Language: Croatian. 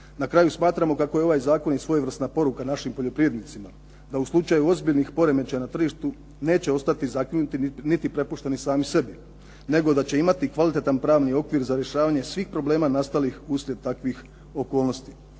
Na kraju smatramo kako je ovaj zakon i svojevrsna poruka našim poljoprivrednicima da u slučaju ozbiljnih poremećaja na tržištu neće ostati zakinuti niti prepušteni sami sebi, nego da će imati kvalitetan pravni okvir za rješavanje svih problema nastalih uslijed takvih okolnosti.